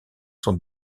sont